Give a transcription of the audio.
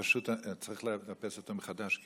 צריך לאפס אותו מחדש.